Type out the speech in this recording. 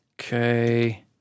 Okay